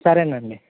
సరే అండి